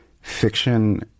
fiction